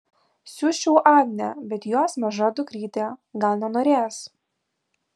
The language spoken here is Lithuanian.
siųsčiau agnę bet jos maža dukrytė gal nenorės